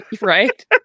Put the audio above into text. Right